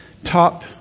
top